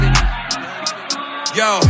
yo